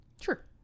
Sure